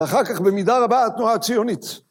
אחר כך במידה רבה התנועה הציונית.